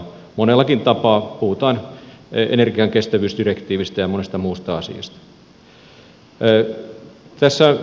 monellakin tapaa puhutaan energian kestävyysdirektiivistä ja monesta muusta asiasta